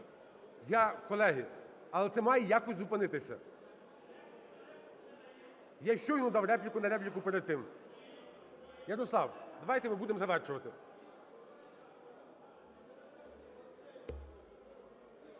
Я, колеги… Але це має якось зупинитися. (Шум у залі) Я щойно дав репліку на репліку перед тим. Ярослав, давайте ми будемо завершувати.